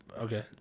okay